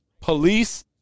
police